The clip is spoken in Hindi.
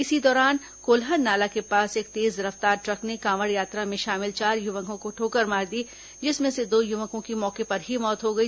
इसी दौरान कोलहन नाला के पास एक तेज रफ्तार ट्रक ने कांवड़ यात्रा में शामिल चार युवकों को ठोकर मार दी जिसमें से दो युवकों की मौके पर ही मौत हो गई